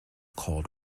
called